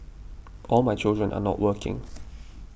all my children are not working